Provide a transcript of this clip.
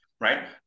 right